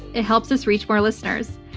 it helps us reach more listeners.